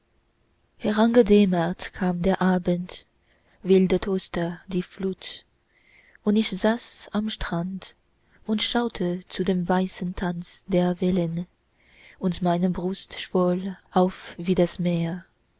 herangedämmert kam der abend wilder toste die flut und ich saß am strand und schaute zu dem weißen tanz der wellen und meine brust schwoll auf wie das meer